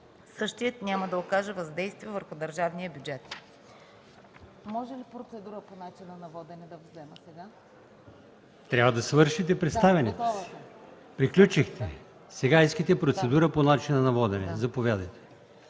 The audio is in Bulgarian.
същият няма да окаже въздействие върху държавния бюджет.